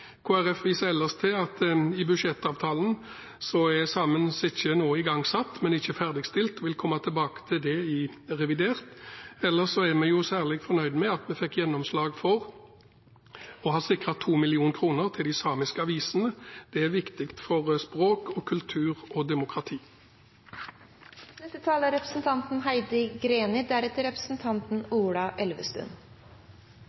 Folkeparti viser ellers til budsjettavtalen, hvor det vises til at Saemien Sijte nå er igangsatt, men ikke ferdigstilt. Vi vil komme tilbake til det i revidert nasjonalbudsjett. Ellers er vi særlig fornøyd med at vi fikk gjennomslag for og har sikret 2 mill. kr til de samiske aviser. Det er viktig for språk, kultur og demokrati. Sametinget er